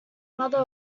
mother